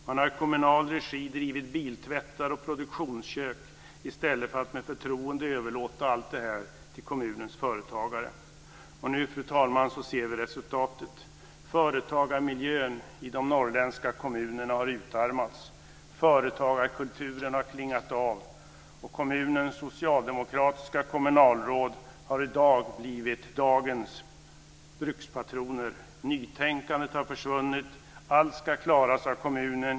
Man har i kommunal regi drivit biltvättar och produktionskök i stället för att med förtroende överlåta allt detta till kommunens företagare. Fru talman! Vi ser nu resultatet. Företagarmiljön i de norrländska kommunerna har utarmats. Företagarkulturen har klingat av. Kommuner med socialdemokratiska kommunalråd har blivit dagens brukspatroner. Nytänkandet har försvunnit. Allt ska klaras av kommunen.